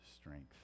strength